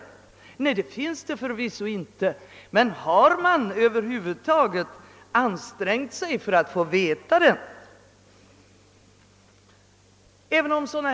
Nej, det finns det förvisso inte. Men har man över huvud taget ansträngt sig för att få reda på hur det förhåller sig?